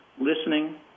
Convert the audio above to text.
Listening